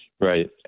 right